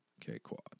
K-Quad